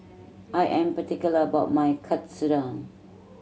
I am particular about my Katsudon